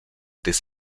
des